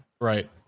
right